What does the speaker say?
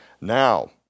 Now